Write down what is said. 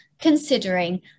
considering